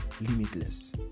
limitless